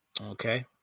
Okay